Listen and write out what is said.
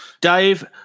Dave